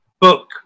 book